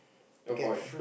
avoid